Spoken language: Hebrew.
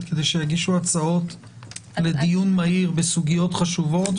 כדי שיגישו הצעות לדיון מהיר בסוגיות חשובות,